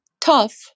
Tough